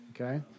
Okay